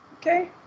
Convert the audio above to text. Okay